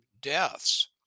deaths